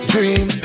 Dream